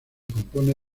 compone